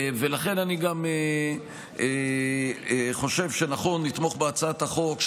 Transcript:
ולכן אני גם חושב שנכון לתמוך בהצעת החוק.